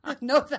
No